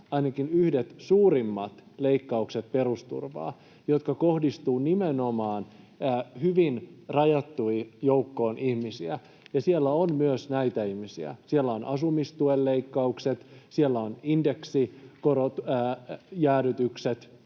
ainakin yhdet suurimmista, perusturvan leikkaukset, jotka kohdistuvat nimenomaan hyvin rajattuun joukkoon ihmisiä, ja siellä on myös näitä ihmisiä. Siellä on asumistuen leikkaukset, siellä on indeksijäädytykset